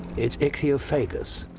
it's ichthyophagous,